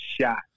shot